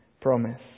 promise